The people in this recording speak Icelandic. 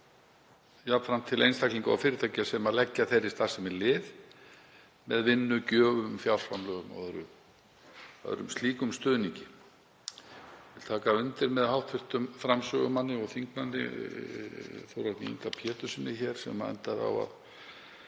jafnframt til einstaklinga og fyrirtækja sem leggja þeirri starfsemi lið með vinnu, gjöfum, fjárframlögum og öðrum slíkum stuðningi. Ég vil taka undir með hv. framsögumanni og þingmanni, Þórarni Inga Péturssyni, sem endaði á að